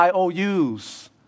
IOUs